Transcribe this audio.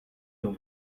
dans